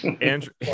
Andrew